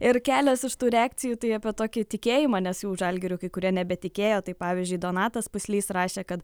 ir kelios iš tų reakcijų tai apie tokį tikėjimą nes jau žalgiriu kai kurie nebetikėjo tai pavyzdžiui donatas puslys rašė kad